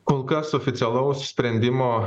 kol kas oficialaus sprendimo